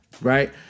right